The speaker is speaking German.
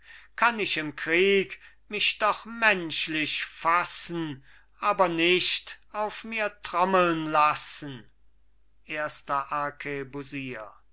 kann ich im krieg mich doch menschlich fassen aber nicht auf mir trommeln lassen erster